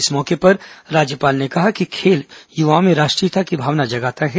इस मौके पर राज्यपाल ने कहा कि खेल युवाओं में राष्ट्रीयता की भावना जगाता है